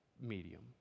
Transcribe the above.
medium